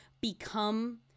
become